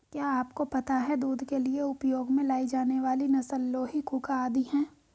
क्या आपको पता है दूध के लिए उपयोग में लाई जाने वाली नस्ल लोही, कूका आदि है?